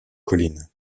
collines